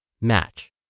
match